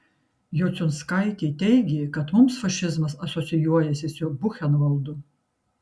jociunskaitė teigė kad mums fašizmas asocijuojasi su buchenvaldu